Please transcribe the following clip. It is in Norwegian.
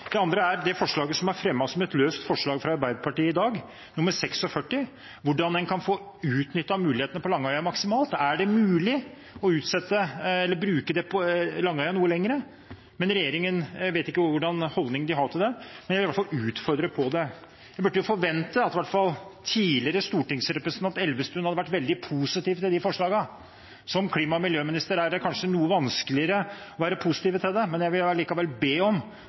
Det andre er forslaget som er fremmet som et løst forslag fra Arbeiderpartiet i dag, forslag nr. 46, om hvordan en kan få utnyttet mulighetene på Langøya maksimalt. Er det mulig å bruke deponiet på Langøya noe lenger? Jeg vet ikke hvilken holdning regjeringen har til det, men jeg vil i hvert fall utfordre på det. Man burde jo kunne forvente at tidligere stortingsrepresentant Elvestuen var veldig positiv til de forslagene, men som klima- og miljøminister er det kanskje noe vanskeligere å være positiv til det. Jeg vil likevel be om